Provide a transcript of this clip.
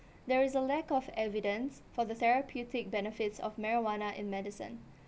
there is a lack of evidence for the therapeutic benefits of marijuana in medicine